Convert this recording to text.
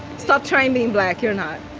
stop trying being black. you're not